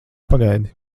pagaidi